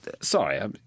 sorry